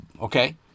okay